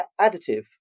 additive